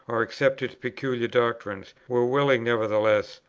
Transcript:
or accept its peculiar doctrines, were willing nevertheless,